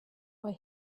where